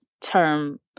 term